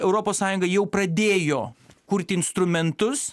europos sąjunga jau pradėjo kurti instrumentus